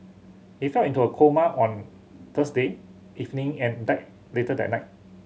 he fell into a coma on Thursday evening and died later that night